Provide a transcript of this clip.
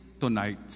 tonight